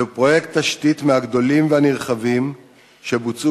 זהו פרויקט תשתית מהגדולים והנרחבים שבוצעו